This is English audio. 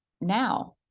now